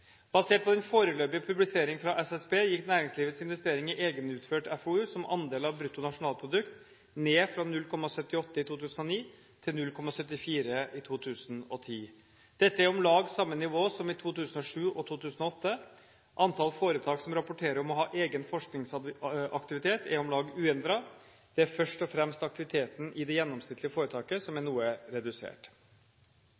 Basert på den foreløpige publiseringen fra SSB gikk næringslivets investeringer i egenutført FoU som andel av bruttonasjonalprodukt ned fra 0,78 i 2009 til 0,74 i 2010. Dette er om lag samme nivå som i 2007 og i 2008. Antallet foretak som rapporterer om å ha egen forskningsaktivitet, er om lag uendret. Det er først og fremst aktiviteten i det gjennomsnittlige foretaket som er